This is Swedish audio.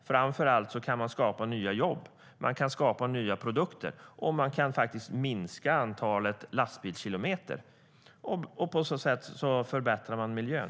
Framför allt kan man skapa nya jobb och nya produkter, och man kan minska antalet lastbilskilometer. På så sätt förbättrar man miljön.